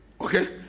Okay